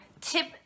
tip